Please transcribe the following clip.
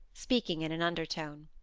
speaking in an undertone.